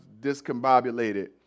discombobulated